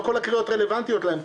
לא כל הקריאות רלוונטיות להם,